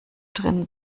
drin